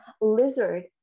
lizard